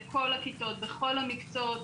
לכל הכיתות בכל המקצועות.